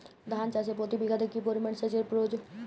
ধান চাষে প্রতি বিঘাতে কি পরিমান সেচের প্রয়োজন?